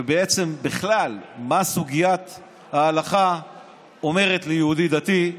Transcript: ובעצם בכלל מה סוגיית ההלכה אומרת ליהודי דתי,